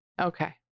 Okay